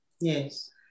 Yes